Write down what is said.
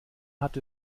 hat